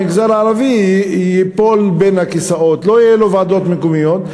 המגזר הערבי ייפול בין הכיסאות ולא יהיו לו ועדות מקומיות.